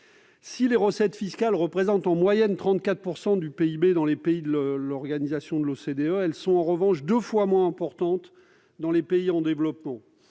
Si les recettes fiscales représentent en moyenne 34 % du PIB dans les pays de l'OCDE, elles sont deux fois moins importantes dans les pays en développement.